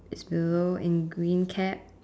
is below in green cap